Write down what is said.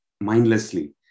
mindlessly